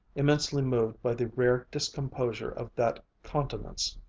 immensely moved by the rare discomposure of that countenance.